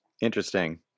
Interesting